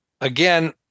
again